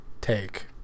take